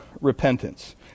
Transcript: repentance